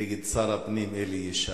נגד שר הפנים אלי ישי,